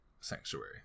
sanctuary